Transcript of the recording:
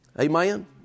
Amen